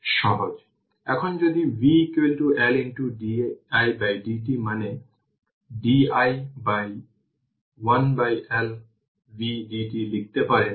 সুতরাং স্বাভাবিকভাবেই আমি ix vx15 নিতে পারি